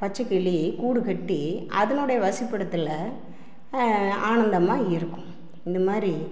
பச்சைக்கிளி கூடு கட்டி அதனுடைய வசிப்பிடத்தில் ஆனந்தமாக இருக்கும் இந்த மாதிரி